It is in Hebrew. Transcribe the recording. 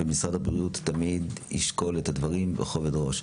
ומשרד הבריאות תמיד ישקול את הדברים בכובד ראש.